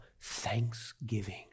thanksgiving